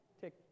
tick